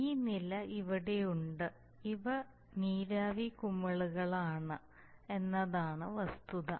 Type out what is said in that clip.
ഈ നില ഇവിടെയുണ്ട് ഇവ നീരാവി കുമിളകളാണ് എന്നതാണ് വസ്തുത